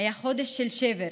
היה חודש של שבר,